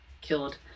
killed